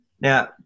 Now